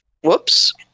Whoops